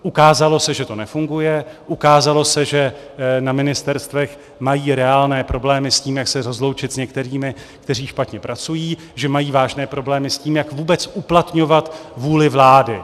Ukázalo se, že to nefunguje, ukázalo se, že na ministerstvech mají reálné problémy s tím, jak se rozloučit s některými, kteří špatně pracují, že mají vážné problémy s tím, jak vůbec uplatňovat vůli vlády.